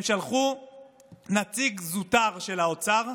והם שלחו נציג זוטר של האוצר,